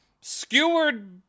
skewered